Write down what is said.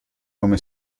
come